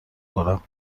کنم